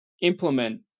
implement